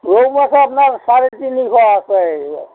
ৰৌ মাছৰ আপোনাৰ চাৰে তিনিশ আছে